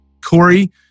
Corey